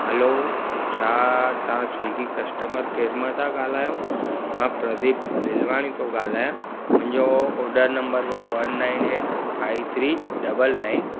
हलो छा तव्हां Swiggy customer care मां था ॻाल्हायो मां प्रदीप पेलवाणी थो गाल्हायां मुंहिंजो ओडर नंबर हो one nine eight five three double nine